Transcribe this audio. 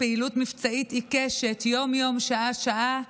מבצעית עיקשת יום-יום, שעה-שעה,